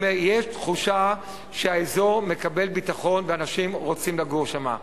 יש תחושה שהאזור מקבל ביטחון ואנשים רוצים לגור שם.